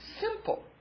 simple